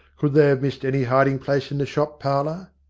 could they have missed any hiding place in the shop parlour?